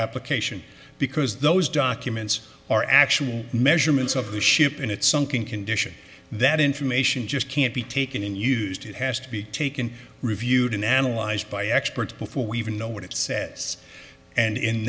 application because those documents are actual measurements of the ship and it's sunk in condition that information just can't be taken and used it has to be taken reviewed and analyzed by experts before we even know what it says and in